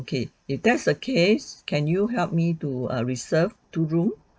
okay if that's the case can you help me to err reserve two room